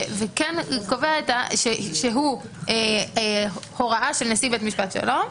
וכן קובע שהוא הוראה של נשיא בית משפט שלום,